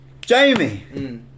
Jamie